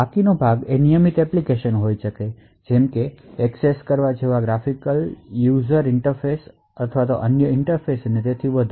બાકીનો ભાગ એ નિયમિત એપ્લિકેશન હોઈ શકે છે જેમ કે એક્સેસ જેવા ગ્રાફિકલ યુઝર ઇન્ટરફેસ અન્ય ઇન્ટરફેસ અને વધુ